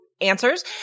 answers